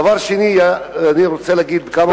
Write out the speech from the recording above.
דבר שני, אני רוצה להגיד כמה מלים ברוסית.